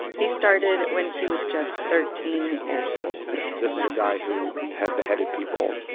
he started when he was just thirteen years old this is a guy who had beheaded people.